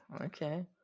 Okay